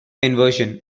inversion